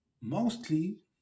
mostly